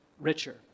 richer